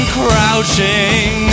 crouching